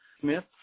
Smith